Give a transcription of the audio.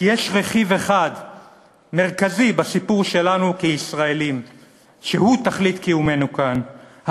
כי יש רכיב אחד מרכזי בסיפור שלנו כישראלים שהוא תכלית קיומנו כאן,